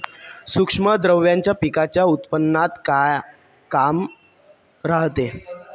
सूक्ष्म द्रव्याचं पिकाच्या उत्पन्नात का काम रायते?